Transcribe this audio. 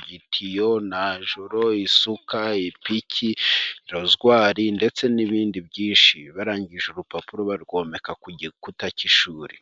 igitiyo, najoro, isuka, ipiki, lozwari ndetse n'ibindi byinshi, barangije urupapuro barwomeka ku gikuta cy'ishuri.